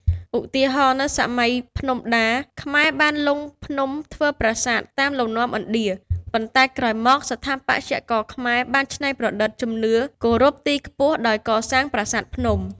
ឧទាហរណ៍៖ នៅសម័យភ្នំដា ខ្មែរបានលុងភ្នំធ្វើប្រាសាទតាមលំនាំឥណ្ឌា ប៉ុន្តែក្រោយមក ស្ថាបត្យករខ្មែរបានច្នៃប្រឌិតជំនឿគោរពទីខ្ពស់ដោយកសាង ប្រាសាទភ្នំ។